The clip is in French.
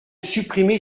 supprimer